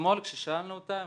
אתמול כששאלנו אותה,